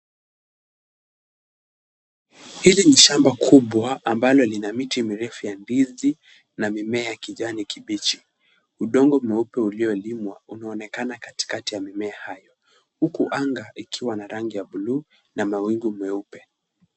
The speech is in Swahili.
Hili ni shamba kubwa ambalo lina miti mirefu ya ndizi na mimea ya kijani kibichi. Udongo mweupe uliolimwa unaonekana katikati ya mimea hayo huku anga ikiwa na rangi ya buluu na mawingu meupe.